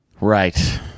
right